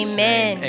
Amen